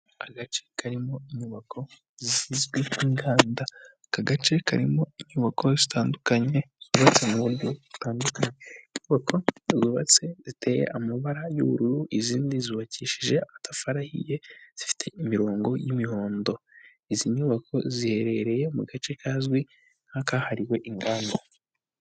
Aka gace karimo inyubako zigizwi n'inganda aka gace karimo inyubako zitandukanye zitse mudo zitandukanye kuko zubabatse ziteye amabara y'ubururu izindi zubakishije atafahiye zifite imirongo y'imihondo izi nyubako ziherereye mu gace kazwi nk'akahariwe inganda.